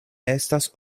estas